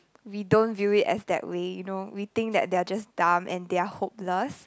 we don't view it as that way you know we think that they are just dumb and they are hopeless